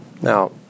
Now